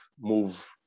move